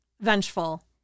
vengeful